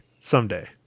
Someday